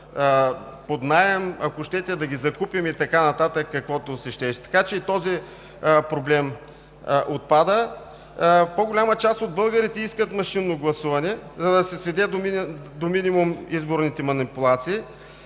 под наем, ако щете, да ги закупим и така нататък, каквото щеш. Така че и този проблем отпада. По-голяма част от българите искат машинно гласуване, за да се сведат до минимум изборните манипулации.